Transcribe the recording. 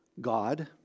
God